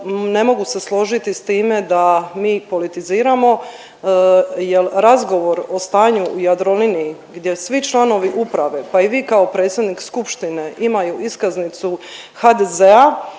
ne mogu se složiti sa time da mi politiziramo, jer razgovor o stanju u Jadroliniji gdje svi članovi uprave pa i vi kao predsjednik Skupštine imaju iskaznicu HDZ-a